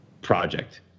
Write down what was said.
project